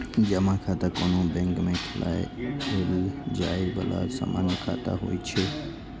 जमा खाता कोनो बैंक मे खोलाएल जाए बला सामान्य खाता होइ छै